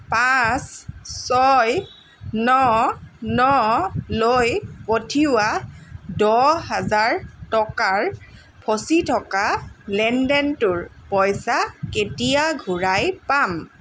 পাঁচ ছয় ন নলৈ পঠিওৱা দহ হাজাৰ টকাৰ ফঁচি থকা লেনদেনটোৰ পইচা কেতিয়া ঘূৰাই পাম